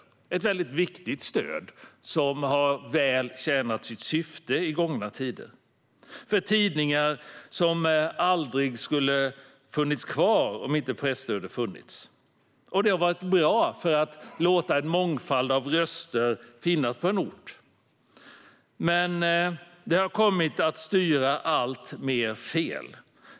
Det är ett väldigt viktigt stöd som har tjänat sitt syfte väl i gångna tider för tidningar som aldrig hade funnits kvar om inte presstödet funnits. Det har varit bra för att låta en mångfald av röster finnas på en ort. Men det har kommit att styra alltmer fel.